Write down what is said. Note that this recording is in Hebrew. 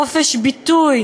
חופש ביטוי.